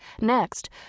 Next